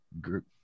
group